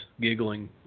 giggling